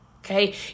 Okay